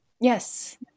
yes